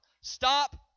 stop